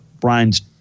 brian's